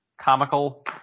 comical